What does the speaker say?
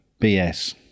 BS